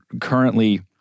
currently